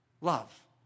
Love